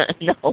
No